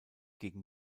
gegen